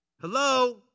Hello